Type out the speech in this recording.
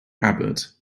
abbott